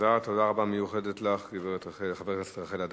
תודה רבה מיוחדת לך, חברת הכנסת רחל אדטו,